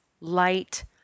light